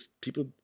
people